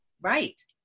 Right